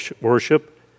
worship